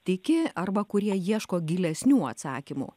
tiki arba kurie ieško gilesnių atsakymų